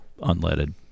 unleaded